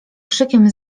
krzykiem